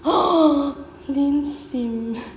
lin hsin